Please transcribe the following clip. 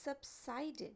subsided